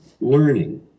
learning